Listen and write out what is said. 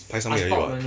拍上面而已 [what]